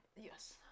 Yes